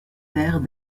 père